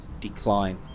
decline